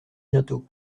bientôt